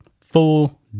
full